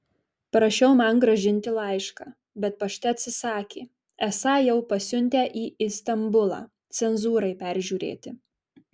prašiau man grąžinti laišką bet pašte atsisakė esą jau pasiuntę į istambulą cenzūrai peržiūrėti